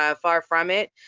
ah far from it.